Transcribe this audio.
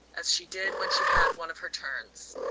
as she did when she had one of her turns.